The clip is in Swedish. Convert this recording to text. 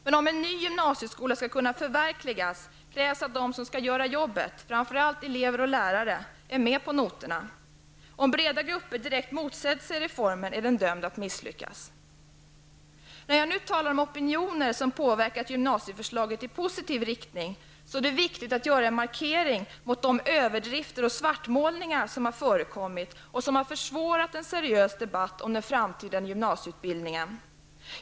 Men om en ny gymnasieskola skall kunna förverkligas, krävs att de som skall göra jobbet, framför allt elever och lärare, är med på noterna. Om breda grupper direkt motsätter sig reformen är den dömd att misslyckas. När jag nu talar om opinioner som påverkat gymnaiseförslaget i positiv riktning, så är det viktigt att göra en markering mot de överdrifter och svartmålningar som förekommit och som försvårat en seriös debatt om den framtida gymnasieutbildningen.